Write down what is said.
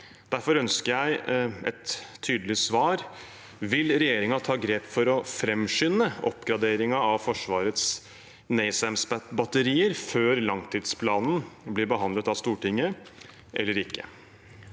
Derfor ønsker jeg et tydelig svar: Vil regjeringen ta grep for å framskynde oppgraderingen av Forsvarets NASAMS-batterier før langtidsplanen blir behandlet av Stortinget, eller vil